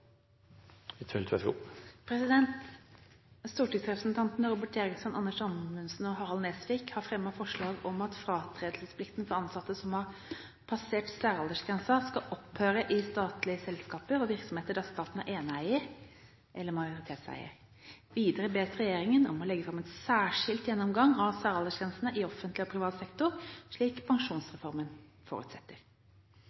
han refererte til. Stortingsrepresentantene Robert Eriksson, Anders Anundsen og Harald T. Nesvik har fremmet forslag om at fratredelsesplikten for ansatte som har passert særaldersgrensen, skal opphøre i statlige selskaper og virksomheter der staten er eneeier eller majoritetseier. Videre bes regjeringen om å legge fram en særskilt gjennomgang av særaldersgrensene i offentlig og privat sektor, slik